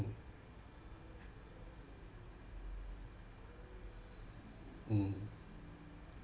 mm